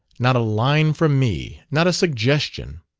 not a line from me not a suggestion!